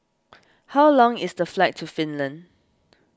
how long is the flight to Finland